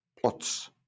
plots